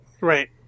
Right